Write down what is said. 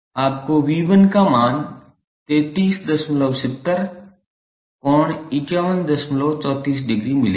आपको V 1 का मान 3370∠5134° मिलेगा